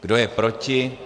Kdo je proti?